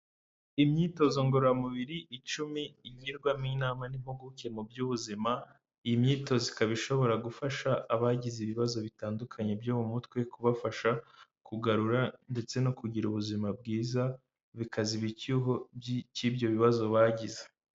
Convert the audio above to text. Imyitozo ngororamubiri icumi igirwamo inama n'impuguke mu by'ubuzima. Iyi imyitozo ikaba ishobora gufasha abagize ibibazo bitandukanye byo mu mutwe kubafasha kugarura ndetse no kugira ubuzima bwiza, bikaziba icyuho cy'ibyo bibazo bagize.